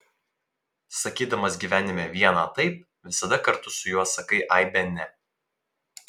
sakydamas gyvenime vieną taip visada kartu su juo sakai aibę ne